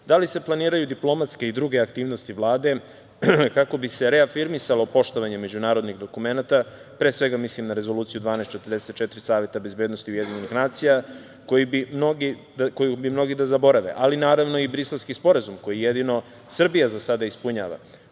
da li se planiraju diplomatske i druge aktivnosti Vlade, kako bi se reafirmisalo poštovanje međunarodnih dokumenata, pre svega mislim na Rezoluciju 1244 Saveta bezbednosti UN, koju bi mnogi da zaborave, ali naravno, i Briselski sporazum, koji jedino Srbija za sada ispunjava?